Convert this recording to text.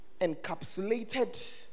encapsulated